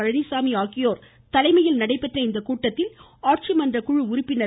பழனிசாமி ஆகியோர் தலைமையில் நடைபெற்ற இக்கூட்டத்தில் ஆட்சிமன்ற குழு உறுப்பினர்கள் திரு